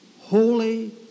holy